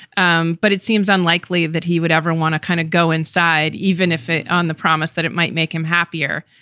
um but it seems unlikely that he would ever want to kind of go inside, even if it on the promise that it might make him happier.